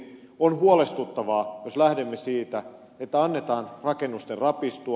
on huolestuttavaa jos lähdemme siitä että annetaan rakennusten rapistua